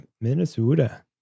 Minnesota